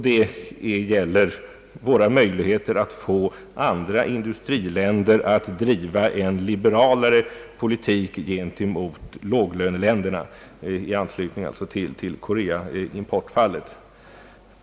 Det gäller våra möjligheter att få andra industriländer att driva en liberalare politik gentemot låglöneländerna — frågan har aktualiserats av Koreaimportfallet.